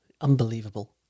Unbelievable